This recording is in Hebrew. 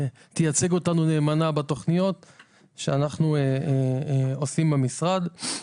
תייצג אותנו נאמנה בהצגת התוכניות שאותן אנחנו עושים במשרד.